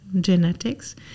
genetics